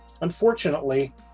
Unfortunately